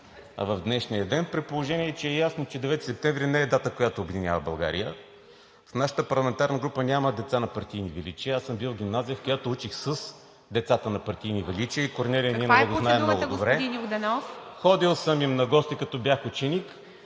в днешния ден, при положение че е ясно, че 9 септември не е дата, която обединява България. В нашата парламентарна група няма деца на партийни величия. Бил съм в гимназия, в която учих с децата на партийни величия, и Корнелия Нинова го знае много добре. ПРЕДСЕДАТЕЛ ИВА МИТЕВА: Каква е